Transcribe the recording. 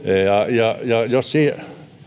ja ja